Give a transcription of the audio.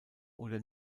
und